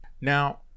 Now